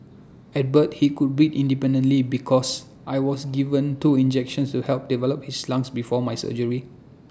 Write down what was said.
at birth he could breathe independently because I was given two injections to help develop his lungs before my surgery